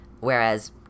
whereas